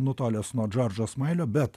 nutolęs nuo džordžo smailio bet